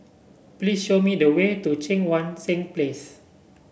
please show me the way to Cheang Wan Seng Place